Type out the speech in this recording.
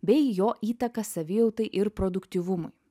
bei jo įtaką savijautai ir produktyvumui